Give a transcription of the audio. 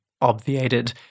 obviated